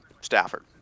Stafford